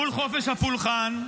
מול חופש הפולחן,